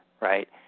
Right